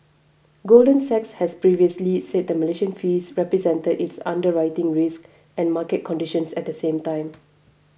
golden Sachs has previously said the Malaysia fees represented its underwriting risks and market conditions at the time